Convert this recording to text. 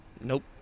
Nope